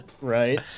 Right